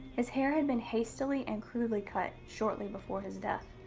his hair had been hastily and crudely cut shortly before his death.